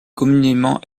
communément